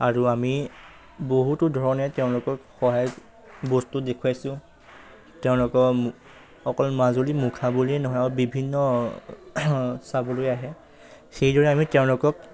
আৰু আমি বহুতো ধৰণে তেওঁলোকক সহায় বস্তু দেখুৱাইছোঁ তেওঁলোকক অকল মাজুলীৰ মুখা বুলিয়ে নহয় আৰু বিভিন্ন চাবলৈ আহে সেইদৰে আমি তেওঁলোকক